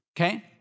okay